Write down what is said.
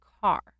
car